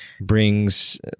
brings